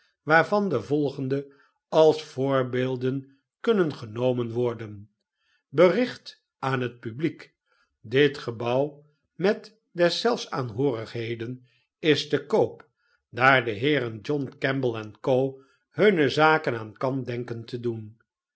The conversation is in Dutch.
waarvan de volgende als voorbeelden kunnen genomen worden bericht aan hei publiek dit gebouw met deszelfs aanhoorigheden is te koop daar de heeren john kemble co hunne zaken aan kant denken te doen